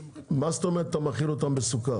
מה זאת אומרת אתה מאכיל אותם בסוכר?